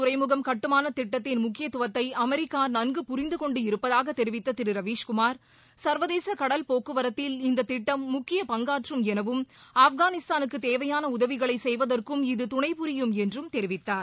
துறைமுகம் கட்டுமானதிட்டத்தின் முக்கியத்துவத்தைஅமெரிக்காநன்கு புரிந்துகொண்டு சபஹர் இருப்பதாகதெரிவித்ததிருரவீஸ்குமார் சர்வதேச கடல் போக்குவரத்தில் இந்ததிட்டம் முக்கிய பங்காற்றும் எனவும் ஆப்கானிஸ்தானுக்குதேவையானஉதவிகளைசெய்வதற்கும் இது துணைபுரியும் என்றும் தெரிவித்தார்